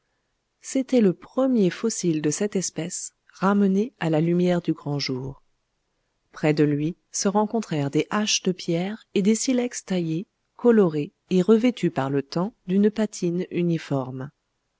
c'était le premier fossile de cette espèce ramené à la lumière du grand jour près de lui se rencontrèrent des haches de pierre et des silex taillés colorés et revêtus par le temps d'une patine uniforme